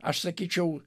aš sakyčiau